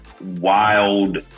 wild